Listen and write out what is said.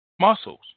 muscles